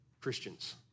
Christians